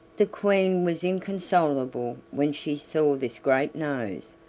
the queen was inconsolable when she saw this great nose,